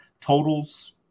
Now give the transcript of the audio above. totals